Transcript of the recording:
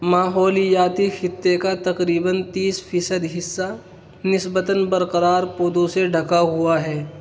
ماحولیاتی خطے کا تقریباً تیس فیصد حصہ نسبتاً برقرار پودوں سے ڈھکا ہوا ہے